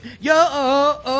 Yo